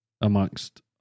amongst